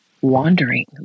wandering